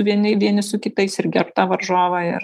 vieni vieni su kitais ir gerbt tą varžovą ir